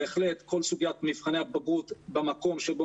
בהחלט כל סוגיית מבחני הבגרות במקום שבו